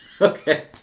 Okay